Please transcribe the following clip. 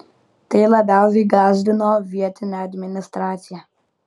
tai labiausiai gąsdino vietinę administraciją